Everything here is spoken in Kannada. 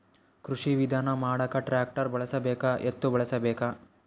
ಕೃಷಿ ವಿಧಾನ ಮಾಡಾಕ ಟ್ಟ್ರ್ಯಾಕ್ಟರ್ ಬಳಸಬೇಕ, ಎತ್ತು ಬಳಸಬೇಕ?